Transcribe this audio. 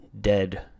dead